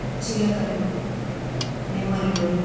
ఇంకా చిలకలు నెమళ్ళు